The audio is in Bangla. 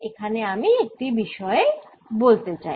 এখানে আমি একটি বিষয়ে বলতে চাই